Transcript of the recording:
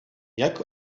jak